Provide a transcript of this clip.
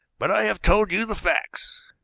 but i have told you the facts.